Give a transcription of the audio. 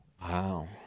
Wow